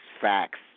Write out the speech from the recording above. facts